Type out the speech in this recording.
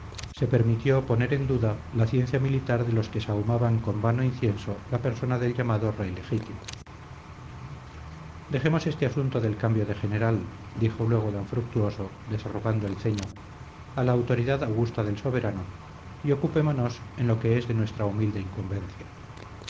se permitió poner en duda la ciencia militar de los que sahumaban con vano incienso la persona del llamado rey legítimo dejemos este asunto del cambio de general dijo luego d fructuoso desarrugando el ceño a la autoridad augusta del soberano y ocupémonos en lo que es de nuestra humilde incumbencia